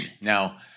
Now